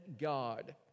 God